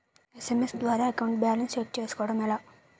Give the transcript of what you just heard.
SMS ద్వారా account balance check చేసుకోవటం ఎలా?